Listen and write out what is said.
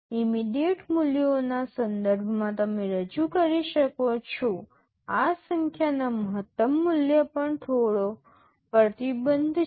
immediate મૂલ્યોના સંદર્ભમાં તમે રજૂ કરી શકો છો આ સંખ્યાના મહત્તમ મૂલ્ય પર થોડો પ્રતિબંધ છે